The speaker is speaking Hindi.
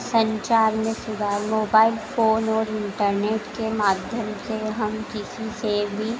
संचार में सुधार मोबाइल फ़ोन और इंटरनेट के माध्यम से हम किसी से भी